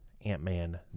Ant-Man